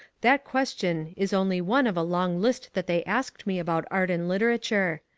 that question is only one of a long list that they asked me about art and literature.